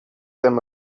them